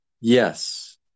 Yes